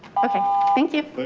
okay, thank you.